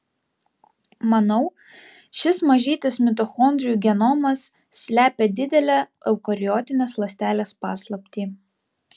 manau šis mažytis mitochondrijų genomas slepia didelę eukariotinės ląstelės paslaptį